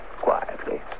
quietly